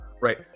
right